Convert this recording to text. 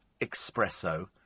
espresso